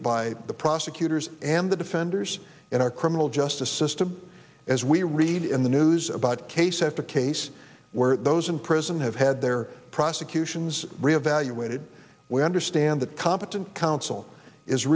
by the prosecutors and the defenders in our criminal justice system as we read in the news about case after case where those in prison have had their prosecutions re evaluated we understand that competent counsel is